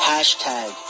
Hashtag